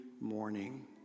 morning